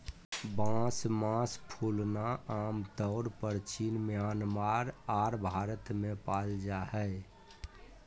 बांस मास फूलना आमतौर परचीन म्यांमार आर भारत में पाल जा हइ